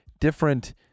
different